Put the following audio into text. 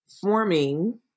forming